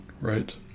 right